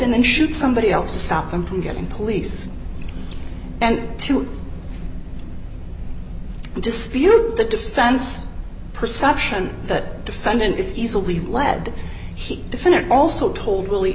and then shoot somebody else to stop them from getting police and to dispute the defense perception that defendant is easily led he defended also told will